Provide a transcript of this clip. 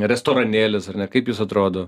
restoranėlis ar ne kaip jis atrodo